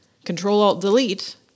Control-Alt-Delete